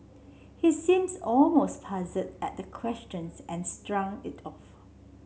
he seems almost puzzled at the questions and it off